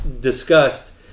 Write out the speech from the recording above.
discussed